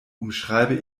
umschreibe